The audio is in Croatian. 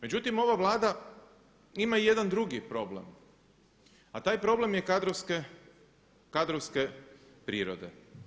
Međutim ova Vlada ima i jedan drugi problem, a taj problem je kadrovske prirode.